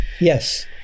Yes